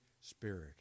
Spirit